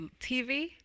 TV –